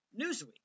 Newsweek